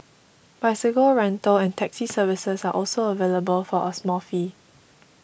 bicycle rental and taxi services are also available for a small fee